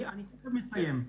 אני כבר מסיים.